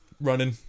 Running